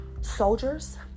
soldiers